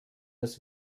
das